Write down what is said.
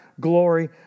glory